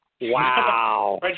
Wow